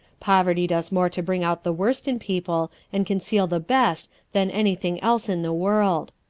poverty does more to bring out the worst in people and conceal the best than anything else in the world.